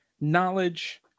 knowledge